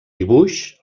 dibuix